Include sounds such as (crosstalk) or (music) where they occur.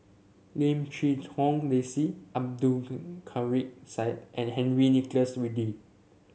Lim Quee Hong Daisy Abdul (unintelligible) Kadir Syed and Henry Nicholas Ridley